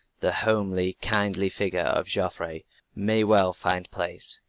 the homely, kindly figure of joffre may well find place.